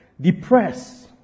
depressed